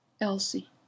Elsie